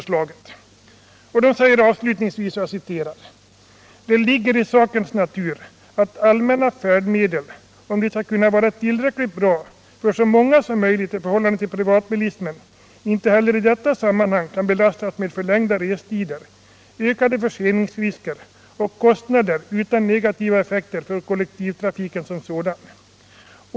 SJ säger avslutningsvis: ”Det ligger i sakens natur att allmänna färdmedel, om de skall kunna vara tillräckligt bra för så många som möjligt i förhållande till privatbilismen, inte heller i detta sammanhang kan belastas med förlängda restider, ökade förseningsrisker och kostnader utan negativa effekter för kollektivtrafiken som sådan.